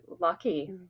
lucky